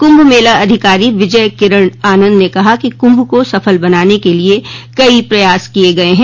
कुंभ मेला अधिकारी विजय किरण आनन्द ने कहा कि कुंभ को सफल बनाने के लिये कई प्रयास किये गये हैं